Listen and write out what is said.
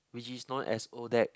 which is known as Odac